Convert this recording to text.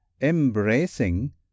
embracing